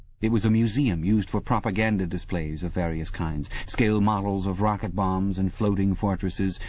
it was a museum used for propaganda displays of various kinds scale models of rocket bombs and floating fortresses,